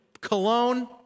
cologne